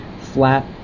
flat